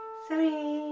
three,